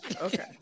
okay